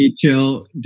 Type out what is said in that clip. chill